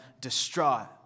distraught